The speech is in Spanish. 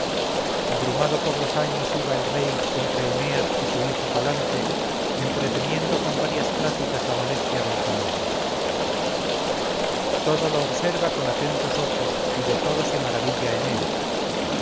abrumado por los años iba el rey entre eneas y su hijo palante entreteniendo con varias pláticas la molestia del camino todo lo observa con atentos ojos y de todo se maravilla eneas